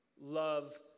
Love